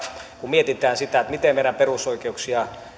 kun mietitään sitä miten meidän perusoikeuksia